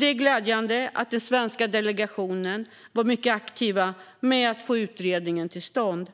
Det är glädjande att den svenska delegationen var mycket aktiv i att få utredningen till stånd.